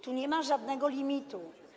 Tu nie ma żadnego limitu.